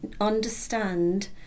understand